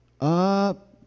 Up